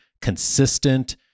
consistent